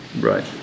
Right